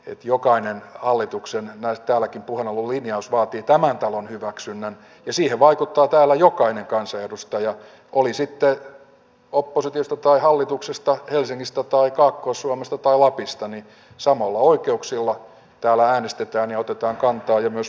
nyt jokainen hallituksen täälläkin puheenalulinjaus vaatii tämän talon hyväksynnän ja siihen vaikuttaa täällä jokainen kansanedustaja olisi työ oppositiosta tai hallituksesta helsingistä tai kaakkois suomesta ovat pistäneet samalla oikeuksilla täällä äänestetään ja otetaan kantaa myös